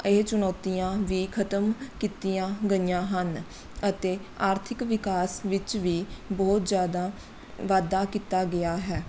ਇਹ ਚੁਣੌਤੀਆਂ ਵੀ ਖਤਮ ਕੀਤੀਆਂ ਗਈਆਂ ਹਨ ਅਤੇ ਆਰਥਿਕ ਵਿਕਾਸ ਵਿੱਚ ਵੀ ਬਹੁਤ ਜ਼ਿਆਦਾ ਵਾਧਾ ਕੀਤਾ ਗਿਆ ਹੈ